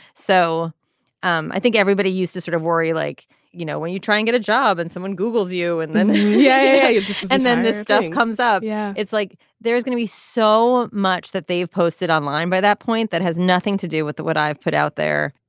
so um i think everybody used to sort of worry like you know when you try and get a job and someone googles you and then yeah you just and then this stuff comes up you know yeah it's like there's going to be so much that they've posted online by that point that has nothing to do with what i've put out there.